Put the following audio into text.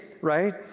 right